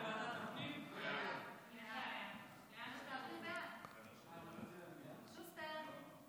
ומפנה אתכם אליהם לקבלת התשובות על הטענות.